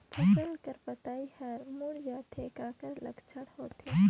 फसल कर पतइ हर मुड़ जाथे काकर लक्षण होथे?